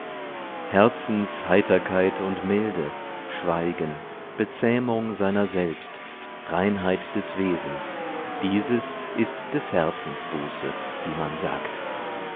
herzensheiterkeit und milde schweigen bezähmung seiner selbst reinheit des wesens dieses ist des herzens buße wie man sagt